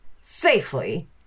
Safely